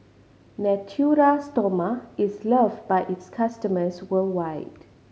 Natura Stoma is loved by its customers worldwide